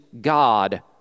God